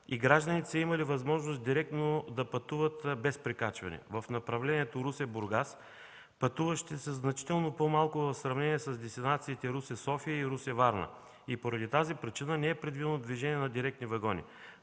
и гражданите са имали възможност директно да пътуват без прекачване. В направлението Русе-Бургас, пътуващите са значително по-малко в сравнение с дестинациите Русе-София и Русе-Варна. И поради тази причина не е предвидено движение на директни вагони.